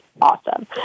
awesome